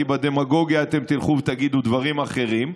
כי בדמגוגיה אתם תלכו ותגידו דברים אחרים: